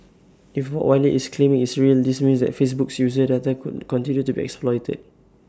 if what Wylie is claiming is real this means that Facebook's user data could continue to be exploited